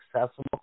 accessible